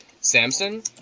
Samson